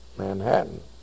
Manhattan